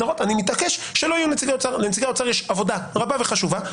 לנציגי האוצר יש עבודה רבה וחשובה.